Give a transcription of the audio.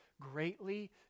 greatly